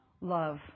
love